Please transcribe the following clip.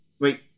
wait